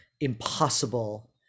impossible